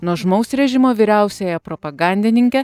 nuožmaus režimo vyriausiąją propagandininkę